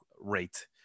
rate